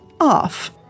off